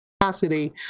capacity